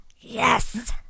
Yes